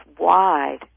wide